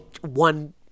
one